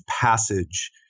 passage